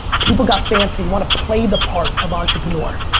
people got fancy, want to play the part of entrepreneur.